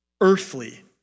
earthly